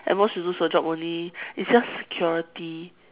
at most you lose your job only it's just security